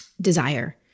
desire